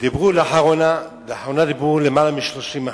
לאחרונה דיברו על למעלה מ-30%.